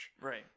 Right